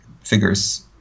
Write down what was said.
figures